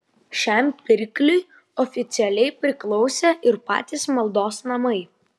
šiam pirkliui oficialiai priklausė ir patys maldos namai